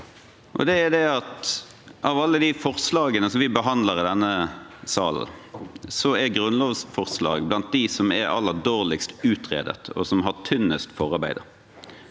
av alle de forslagene vi behandler i denne sal, er grunnlovsforslag blant dem som er aller dårligst utredet, og som har tynnest forarbeid.